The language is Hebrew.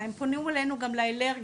הם פנו אלינו גם לאלרגיות.